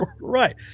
Right